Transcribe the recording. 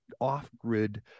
off-grid